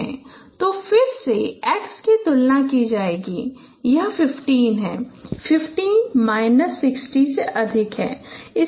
तो अब फिर से x की तुलना की जाएगी यह 15 है 15 माइनस 60 से अधिक है